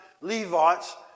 Levites